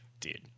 Dude